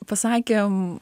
pasakėm m